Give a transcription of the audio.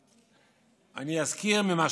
אני אזכיר את מה